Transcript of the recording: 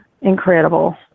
incredible